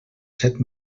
set